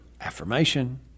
affirmation